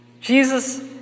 Jesus